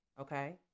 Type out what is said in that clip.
okay